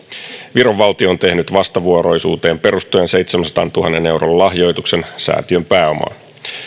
viron valtio on tehnyt vastavuoroisuuteen perustuen seitsemänsadantuhannen euron lahjoituksen säätiön pääomaan